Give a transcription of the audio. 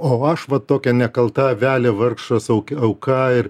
o aš va tokia nekalta avelė vargšas auk auka ir